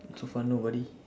so far nobody